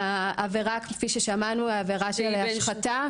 העבירה, כפי ששמענו, היא עבירה של השחתה.